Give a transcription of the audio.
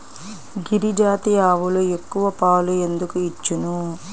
గిరిజాతి ఆవులు ఎక్కువ పాలు ఎందుకు ఇచ్చును?